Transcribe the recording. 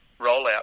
rollout